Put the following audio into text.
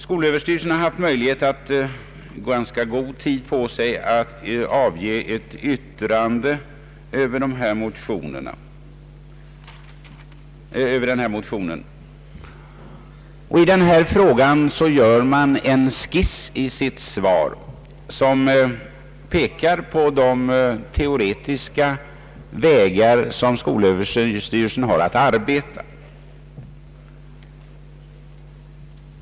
Skolöverstyrelsen har haft ganska god tid på sig att avge ett yttrande över motionen. I denna fråga gör skolöverstyrelsen i sitt svar en skiss av de teoretiska vägar som skolöverstyrelsen har att arbeta på.